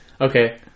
Okay